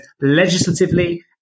legislatively